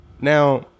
Now